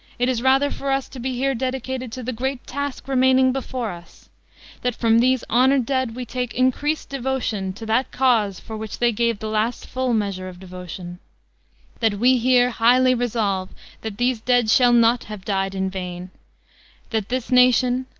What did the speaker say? it is rather for us to be here dedicated to the great task remaining before us that from these honored dead we take increased devotion to that cause for which they gave the last full measure of devotion that we here highly resolve that these dead shall not have died in vain that this nation,